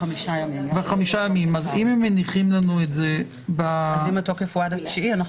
אז אם התוקף הוא עד ה-9 במאי,